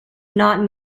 not